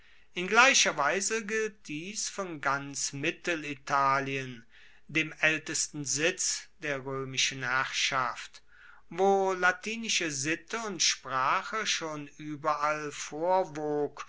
in gleicher weise gilt dies von ganz mittelitalien dem aeltesten sitz der roemischen herrschaft wo latinische sitte und sprache schon ueberall vorwog